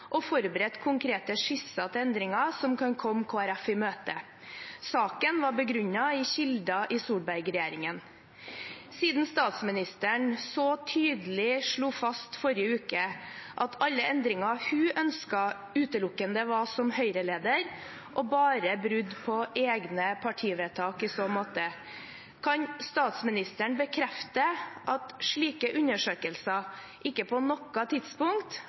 og forberedt konkrete skisser til endringer som kan komme Kristelig Folkeparti i møte. Saken var begrunnet i kilder i Solberg-regjeringen. Siden statsministeren så tydelig slo fast forrige uke at alle endringer hun ønsket, utelukkende var ønsker hun hadde som Høyre-leder, og bare brudd på egne partivedtak i så måte, kan statsministeren bekrefte at slike undersøkelser ikke på noe tidspunkt